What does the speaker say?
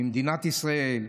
ממדינת ישראל,